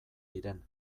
diren